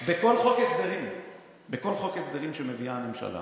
בכל חוק הסדרים שמביאה הממשלה,